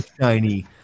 shiny